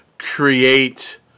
Create